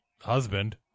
husband